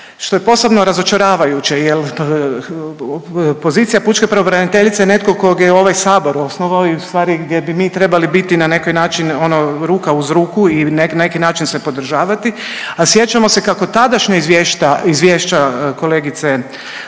što je posebno razočaravajuće jer pozicija pučke pravobraniteljice je netko kog je ovaj Sabor osnovao i ustvari gdje bi mi trebali biti na neki način ono ruka uz ruku i na neki način se podržavati, a sjećamo se kako tadašnja izvješća kolegice